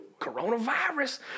coronavirus